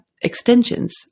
extensions